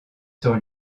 sur